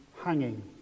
hanging